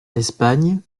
espagne